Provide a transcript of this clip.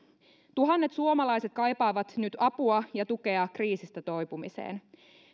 tuhannet suomalaiset kaipaavat nyt apua ja tukea kriisistä toipumiseen